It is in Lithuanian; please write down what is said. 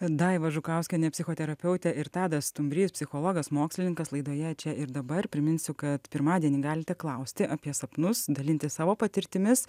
daiva žukauskienė psichoterapeutė ir tadas stumbrys psichologas mokslininkas laidoje čia ir dabar priminsiu kad pirmadienį galite klausti apie sapnus dalintis savo patirtimis